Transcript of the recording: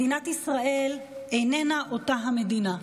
מדינת ישראל איננה אותה המדינה.